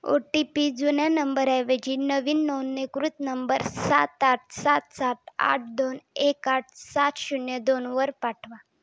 ओ T P जुन्या नंबरऐवजी नवीन नोंदणीकृत नंबर सात आठ सात सात आठ दोन एक आठ सात शून्य दोनवर पाठवा